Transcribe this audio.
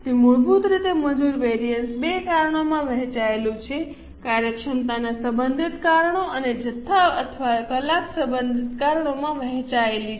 તેથી મૂળભૂત રીતે મજૂર વેરિએન્સ 2 કારણોમાં વહેંચાયેલું છે કાર્યક્ષમતા સંબંધિત કારણો અને જથ્થા અથવા કલાક સંબંધિત કારણોમાં વહેંચાયેલી છે